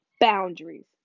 boundaries